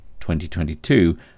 2022